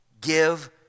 give